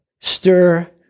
stir